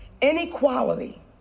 inequality